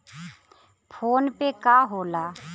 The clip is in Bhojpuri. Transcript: फोनपे का होला?